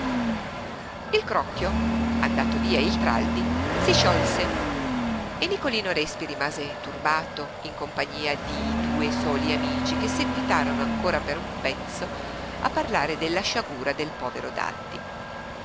il crocchio andato via il traldi si sciolse e nicolino respi rimase turbato in compagnia di due soli amici che seguitarono ancora per un pezzo a parlare della sciagura del povero daddi